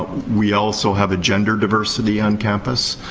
we also have a gender diversity on campus.